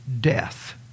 death